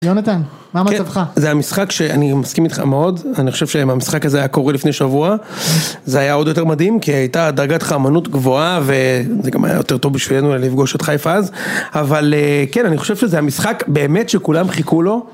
יונתן, מה המצב שלך? זה המשחק שאני מסכים איתך מאוד, אני חושב שהמשחק הזה היה קורה לפני שבוע, זה היה עוד יותר מדהים כי הייתה דרגת האמנות גבוהה, וזה גם היה יותר טוב בשבילנו לפגוש את חייפ אז, אבל כן, אני חושב שזה המשחק באמת שכולם חיכו לו.